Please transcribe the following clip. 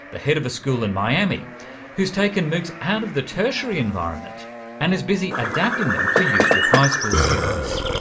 the head of a school in miami who's taken moocs out of the tertiary environment and is busy adapting them for use with high school students.